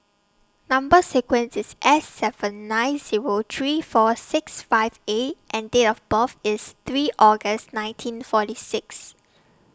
Number sequence IS S seven nine Zero three four six five A and Date of birth IS three August nineteen forty six